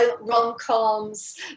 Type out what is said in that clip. rom-coms